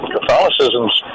Catholicism's